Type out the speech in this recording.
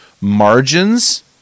margins